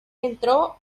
entró